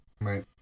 Right